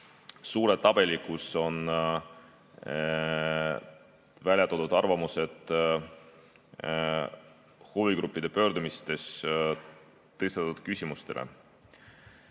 suur tabel, kus on välja toodud [vastused] huvigruppide pöördumistes tõstatatud küsimustele.